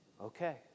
Okay